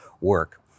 work